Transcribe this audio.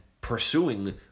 pursuing